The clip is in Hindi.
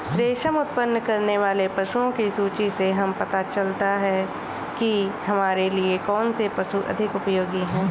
रेशम उत्पन्न करने वाले पशुओं की सूची से हमें पता चलता है कि हमारे लिए कौन से पशु अधिक उपयोगी हैं